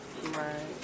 Right